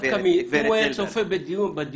גברת זילבר.